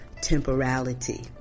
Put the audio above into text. temporality